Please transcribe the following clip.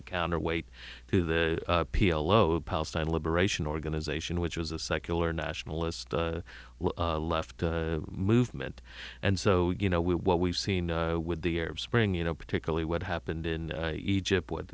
a counterweight to the p l o palestine liberation organization which was a secular nationalist left movement and so you know what we've seen with the arab spring you know particularly what happened in egypt what